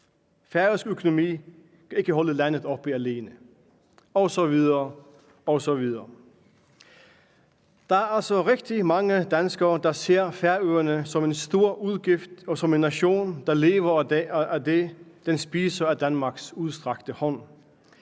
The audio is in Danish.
Færøernes økonomi kan ikke holde landet oppe alene; osv. osv. Kl. 16:12 Der er altså rigtig mange danskere, der ser Færøerne som en stor udgift og som en nation, der lever af det, den spiser af Danmarks udstrakte hånd.